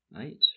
eight